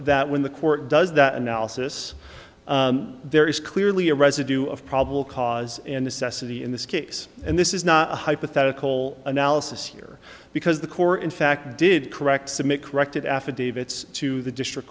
that when the court does that analysis there is clearly a residue of probable cause in assessing the in this case and this is not a hypothetical analysis here because the corps in fact did correct submit corrected affidavits to the district